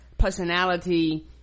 personality